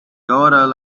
overall